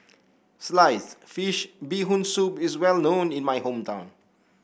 Sliced Fish Bee Hoon Soup is well known in my hometown